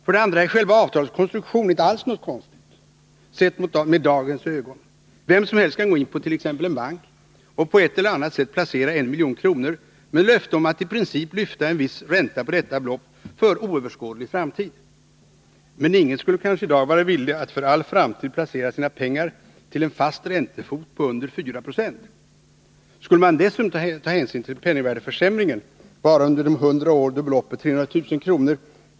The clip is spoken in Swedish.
För det andra är själva avtalets konstruktion inte alls något konstigt sett med dagens ögon. Vem som helst kan gå in på t.ex. en bank och på ett eller annat sätt placera 1 milj.kr. med löfte om att i princip lyfta en viss ränta på detta belopp för oöverskådlig framtid. Men ingen skulle kanske i dag vara villig att för all framtid placera sina pengar till en fast räntefot på under 4 90. Skulle man dessutom ta hänsyn till penningvärdeförsämringen bara under de 100 år då beloppet 300 000 kr.